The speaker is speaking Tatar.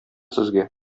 сезгә